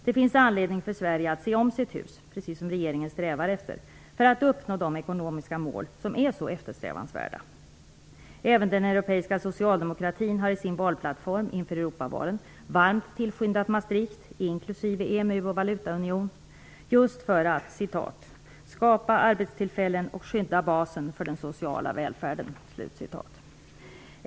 Det finns anledning för Sverige att se om sitt hus, precis som regeringen vill, så att man uppnår de ekonomiska mål som är så eftersträvansvärda. Även den europeiska socialdemokratin har i sin valplattform, inför ''Europavalet'', varmt tillskyndat Maastrichtavtalet, inklusive EMU och valutaunionen, just för att skapa arbetstillfällen och skydda basen för den sociala välfärden.